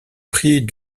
prix